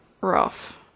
rough